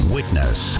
Witness